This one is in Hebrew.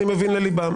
אני מבין לליבם.